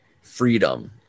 freedom